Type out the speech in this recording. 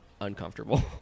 uncomfortable